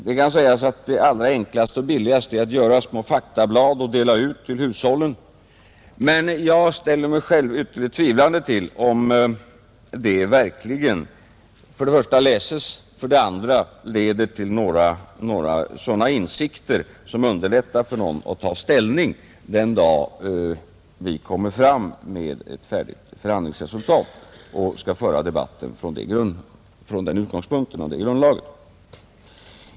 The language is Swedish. Det kan sägas att det allra enklaste och billigaste är att göra små faktablad och dela ut dem till hushållen, men jag ställer mig ytterligt tvivlande till utsikterna att de för det första kommer att läsas, för det andra kommer att leda till några sådana insikter som underlättar för någon att ta ställning den dag vi kommer fram med ett färdigt förhandlingsresultat och skall föra debatten från den utgångspunkten och det grundlaget.